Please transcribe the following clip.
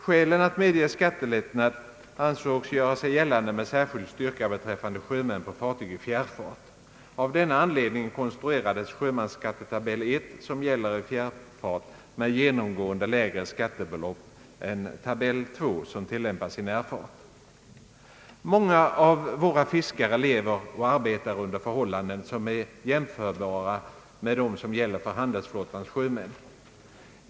Skälen att medge skattelättnad ansågs göra sig gällande med särskild styrka beträffande sjömän på fartyg i fjärrfart. Av denna anledning konstruerades sjömansskattetabell I, som gäller i fjärrfart, med genomgående lägre skattebelopp än tabell II, som tilllämpas i närfart. Många av våra fiskare lever och arbetar under förhållanden, som är jämförbara med dem som gäller för handelsflottans sjömän.